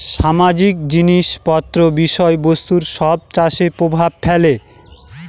সামাজিক জিনিস পত্র বিষয় বস্তু সব চাষে প্রভাব ফেলে